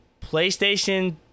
PlayStation